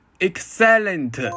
excellent